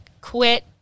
quit